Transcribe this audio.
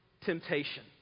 temptation